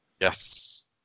Yes